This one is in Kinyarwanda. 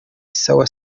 sawa